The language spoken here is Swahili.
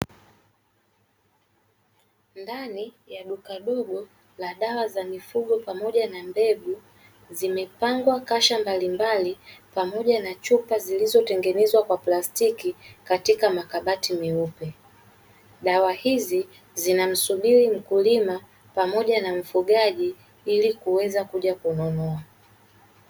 Ndani ya duka dogo la dawa za mifugo pamoja na mbegu zimepangwa kasha mbalimbali pamoja na chupa zilizotengenezwa kwa plastiki katika makabati meupe, dawa hizi zinamsubiri mkulima pamoja na mfugaji ili kuweza kuja kununua.